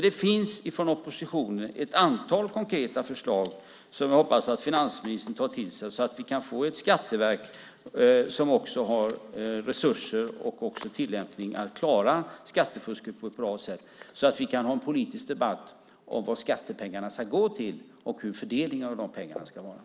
Det finns alltså ett antal konkreta förslag från oppositionen som jag hoppas att finansministern tar till sig så att vi kan få ett skatteverk som har resurser att klara skattefusket på ett bra sätt. På så vis kan vi ha en politisk debatt om vad skattepengarna ska gå till och hur fördelningen av dem ska ske.